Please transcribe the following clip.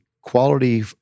quality